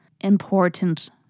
important